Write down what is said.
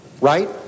right